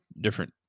different